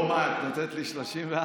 לא, את נותנת לי 34?